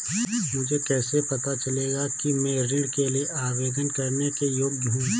मुझे कैसे पता चलेगा कि मैं ऋण के लिए आवेदन करने के योग्य हूँ?